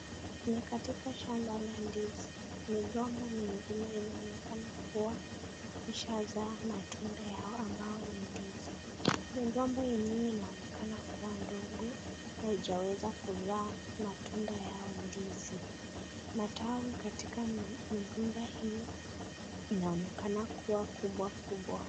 Ni katika shamba la ndizi ,migomba mingine inaonekana kuwa ishazaa matunda yao ambao ni ndizi ,migomba yenyewe inaonekana kua ndogo ,haijaweza kuzaa matunda yao ndizi .Matawi katika migomba hiyo inaonekana kubwa kubwa.